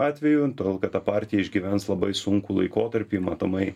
atveju tol kad ta partija išgyvens labai sunkų laikotarpį matomai